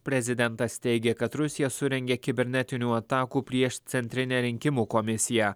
prezidentas teigė kad rusija surengė kibernetinių atakų prieš centrinę rinkimų komisiją